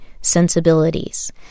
sensibilities